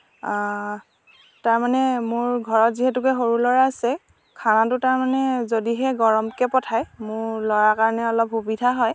তাৰমানে মোৰ ঘৰত যিহেতুক সৰু ল'ৰা আছে খানাটো তাৰমানে যদিহে গৰমকৈ পঠায় মোৰ ল'ৰাৰ কাৰণে অলপ সুবিধা হয়